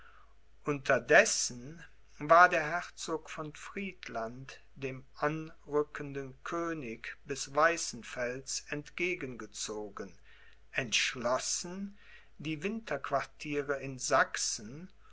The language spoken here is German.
unterdessen war der herzog von friedland dem anrückenden könig bis weißenfels entgegen gezogen entschlossen die winterquartiere in sachsen